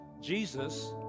Jesus